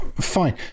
fine